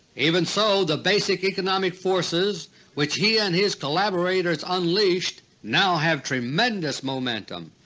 even so, the basic economic forces which he and his collaborators unleashed now have tremendous momentum.